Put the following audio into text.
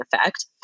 effect